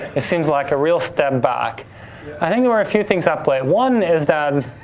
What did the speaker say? it seems like a real step back. i think there were a few things at play one is that